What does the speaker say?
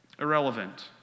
irrelevant